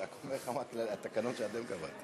אני רק אומר לך מה התקנות שאתם קבעתם.